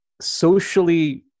socially